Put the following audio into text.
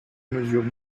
mesure